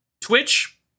Twitch